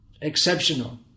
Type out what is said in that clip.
exceptional